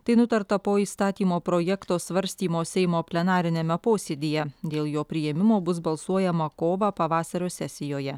tai nutarta po įstatymo projekto svarstymo seimo plenariniame posėdyje dėl jo priėmimo bus balsuojama kovą pavasario sesijoje